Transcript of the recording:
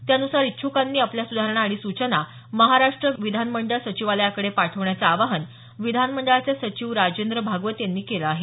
त्यानुसार इच्छूकांनी आपल्या सुधारणा आणि सूचना महाराष्ट्र विधानमंडळ सचिवालयाकडे पाठवण्याचे आवाहन विधानमंडळाचे सचिव राजेंद्र भागवत यांनी केलं आहे